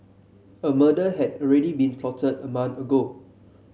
a murder had already been plotted a month ago